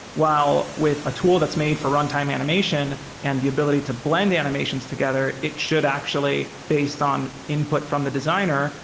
while with a tool that's made for runtime animation and the ability to blend the animations together, it should actually based on input from the designer,